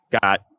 got